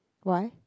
why